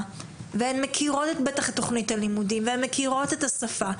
והן בטח מכירות את תכנית הלימודים ומכירות את השפה.